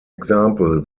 example